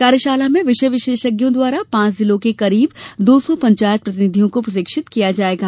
कार्यशाला में विषय विशेषज्ञों द्वारा पांच जिलों के करीब दौ सौ पंचायत प्रतिनिधियों को प्रशिक्षित किया जायेगा